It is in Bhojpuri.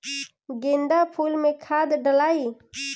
गेंदा फुल मे खाद डालाई?